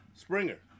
Springer